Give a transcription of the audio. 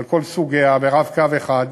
על כל סוגיה, ב"רב-קו" אחד,